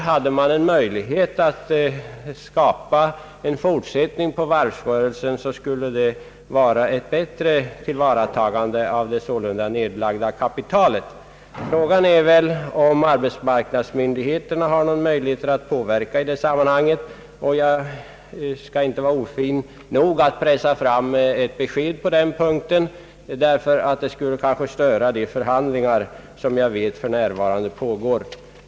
Om det funnes en möjlighet att skapa en fortsättning på varvsrörelsen, skulle detta vara ett bättre tillvaratagande av det tidigare nedlagda kapitalet. Man kan fråga sig om inte arbetsmarknadsmyndigheterna har någon möjlighet att gripa in i detta sammanhang. Jag skall inte vara ofin nog att pressa fram ett besked på denna punkt, ty det skulle kanske störa de förhandlingar som jag vet för närvarande pågår.